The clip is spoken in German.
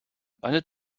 eine